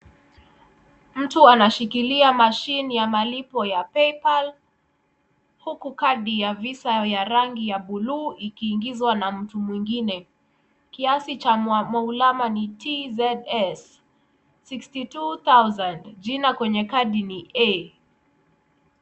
Mtu anashikilia mashine ya malipo ya PayPal huku kadi ya visa ya rangi ya buluu ikiingizwa na mtu mwengine kiasi cha maulana ni Tzs 62,000 . Jina kwenye kadi ni A.